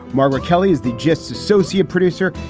margaret kelly is the gists associate producer.